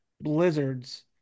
blizzards